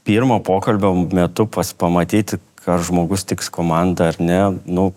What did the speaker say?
pirmo pokalbio metu pats pamatei kad žmogus tiks į komandą ar ne nu